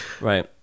Right